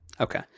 okay